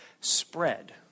spread